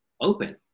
open